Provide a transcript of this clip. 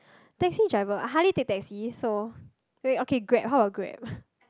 taxi driver how do you take taxis so wait okay grab how about grab